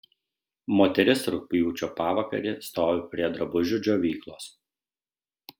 moteris rugpjūčio pavakarį stovi prie drabužių džiovyklos